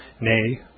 nay